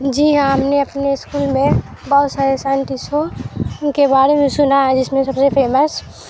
جی ہاں ہم نے اپنے اسکول میں بہت سارے سائنٹسٹوں کے بارے میں سنا ہے جس میں سب سے فیمس